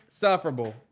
Insufferable